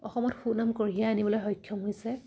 অসমত সুনাম কঢ়িয়াই আনিবলৈ সক্ষম হৈছে